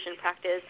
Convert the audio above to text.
practice